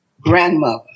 grandmother